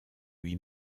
lui